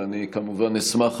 ואני כמובן אשמח,